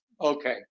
Okay